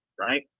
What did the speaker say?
right